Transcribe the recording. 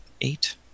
eight